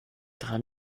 dran